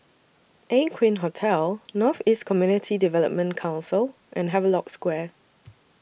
Aqueen Hotel North East Community Development Council and Havelock Square